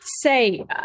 say